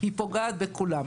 פוגעת בכולם.